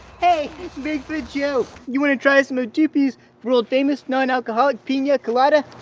hey bigfoot joe. you want to try some of doopey's world famous non-alcoholic pina colada?